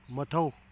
ꯃꯊꯧ